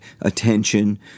attention